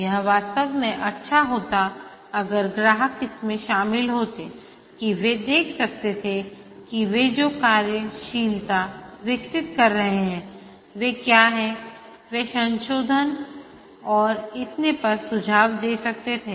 यह वास्तव में अच्छा होता अगर ग्राहक इसमें शामिल होते कि वे देख सकते थे कि वे जो कार्यशीलता विकसित कर रहे हैं वे क्या है वे संशोधन और इतने पर सुझाव दे सकते थे